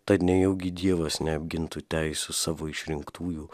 tad nejaugi dievas neapgintų teisių savo išrinktųjų